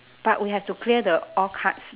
but we have to clear the all cards